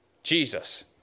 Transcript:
Jesus